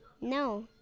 No